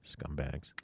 Scumbags